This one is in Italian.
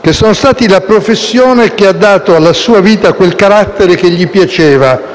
che sono stati la professione che ha dato alla sua vita quel carattere che gli piaceva,